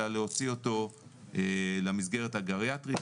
אלא להוציא אותו למסגרת הגריאטרית,